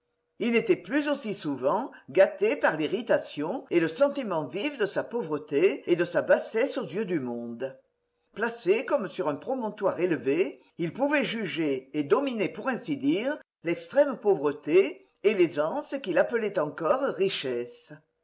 ils n'étaient plus aussi souvent gâtés par l'irritation et le sentiment vif de sa pauvreté et de sa bassesse aux yeux du monde placé comme sur un promontoire élevé il pouvait juger et dominait pour ainsi dire l'extrême pauvreté et l'aisance qu'il appelait encore richesse